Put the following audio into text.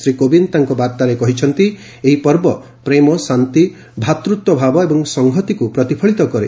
ଶ୍ରୀ କୋବିନ୍ଦ ତାଙ୍କ ବାର୍ତ୍ତାରେ କହିଛନ୍ତି ଏହି ପର୍ବ ପ୍ରେମ ଶାନ୍ତି ଭାତୃତ୍ୱ ଭାବ ଏବଂ ସଂହତିକୁ ପ୍ରତିଫଳିତ କରେ